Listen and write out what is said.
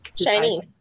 Shiny